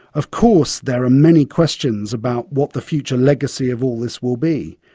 of course there are many questions about what the future legacy of all this will be.